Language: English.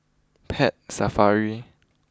Pet Safari